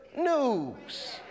news